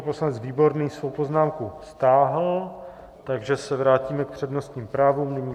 Pan poslanec Výborný svou poznámku stáhl, takže se vrátíme k přednostním právům.